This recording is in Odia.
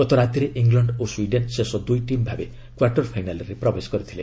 ଗତରାତିରେ ଇଂଲଣ୍ଡ ଓ ସ୍ୱିଡେନ୍ ଶେଷ ଦୁଇ ଟିମ୍ ଭାବେ କ୍ୱାର୍ଟର୍ ଫାଇନାଲ୍ରେ ପ୍ରବେଶ କରିଥିଲେ